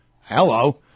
hello